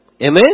Amen